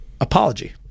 apology